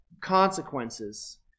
Consequences